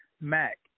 Mac